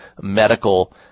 medical